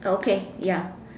uh okay ya